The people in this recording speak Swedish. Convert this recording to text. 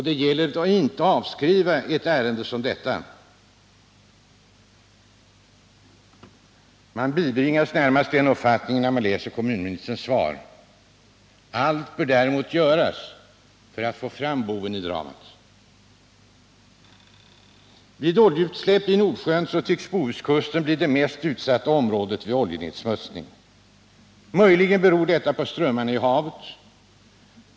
Det gäller att inte avskriva ett ärende som detta. Man bibringas närmast uppfattningen att ärendet bör avskrivas då man läser kommunministerns svar. Allt bör i stället göras för att få fram boven i dramat. Vid oljeutsläpp i Nordsjön tycks Bohuskusten bli det mesta utsatta området för oljenedsmutsning; möjligen beror detta på strömmarna i havet.